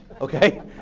okay